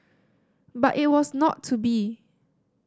but it was not to be